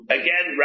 again